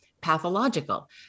pathological